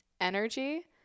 energy